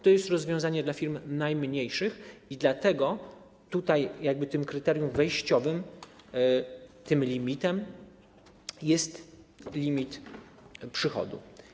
To jest rozwiązanie dla firm najmniejszych i dlatego tutaj kryterium wejściowym, tym limitem, jest limit przychodu.